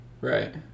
Right